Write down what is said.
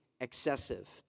excessive